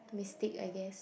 mistake I guess